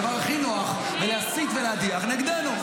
הדבר הכי נוח, להסית ולהדיח נגדנו.